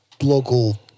local